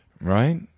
Right